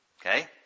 Okay